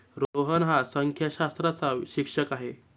रोहन हा संख्याशास्त्राचा शिक्षक आहे